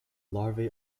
larvae